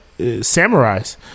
Samurais